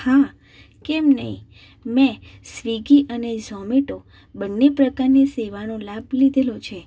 હા કેમ નહીં મેં સ્વિગી અને ઝોમેટો બંને પ્રકારની સેવાનો લાભ લીધેલો છે